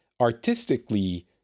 artistically